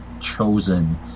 chosen